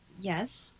Yes